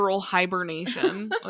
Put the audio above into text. hibernation